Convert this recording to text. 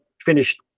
finished